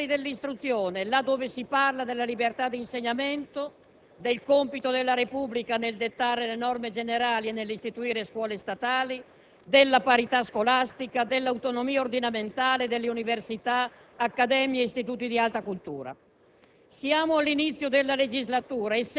nel contesto dei punti fondamentali dell'istruzione, là dove si parla della libertà di insegnamento, del compito della Repubblica nel dettare le norme generali e nell'istituire scuole statali, della parità scolastica, dell'autonomia ordinamentale, delle università, accademie, istituzioni di alta cultura.